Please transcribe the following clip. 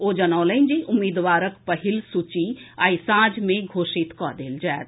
ओ जनौलनि जे उम्मीदवारक पहिल सूची आइ सांझ घोषित कऽ देल जायत